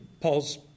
Paul's